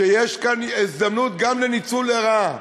שיש כאן הזדמנות גם לניצול לרעה,